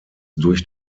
durch